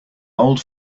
old